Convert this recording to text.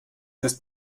ist